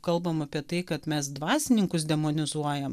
kalbam apie tai kad mes dvasininkus demonizuojam